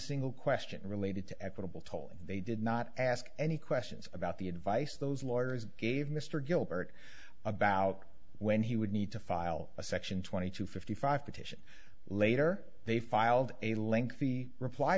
single question related to equitable tolling they did not ask any questions about the advice of those lawyers gave mr gilbert about when he would need to file a section twenty two fifty five petition later they filed a lengthy reply